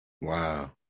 Wow